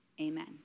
amen